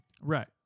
right